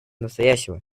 настоящего